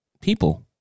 people